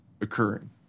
occurring